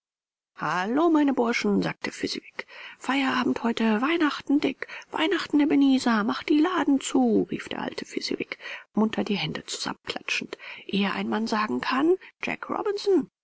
hallo meine burschen sagte fezziwig feierabend heute weihnachten dick weihnachten ebenezer macht die laden zu rief der alte fezziwig munter die hände zusammenklatschend ehe ein mann sagen kann jack robinson